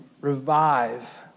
revive